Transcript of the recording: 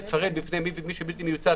לפרט בפני מי שאינו מיוצג.